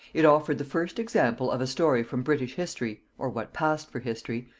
it offered the first example of a story from british history, or what passed for history,